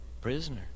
Prisoner